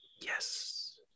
Yes